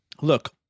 look